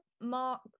Mark